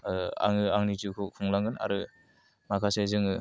आङो आंनि जिउखौ खुंलांगोन आरो माखासे जोङो